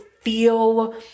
feel